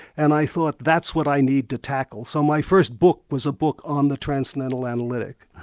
and i thought that's what i need to tackle. so my first book was a book on the transcendental analytic.